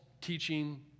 teaching